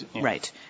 Right